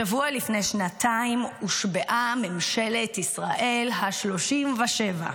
השבוע לפני שנתיים הושבעה ממשלת ישראל השלושים-ושבע.